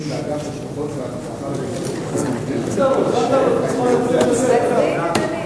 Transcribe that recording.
ואגף משפחות והנצחה במשרד הביטחון (תיקוני חקיקה),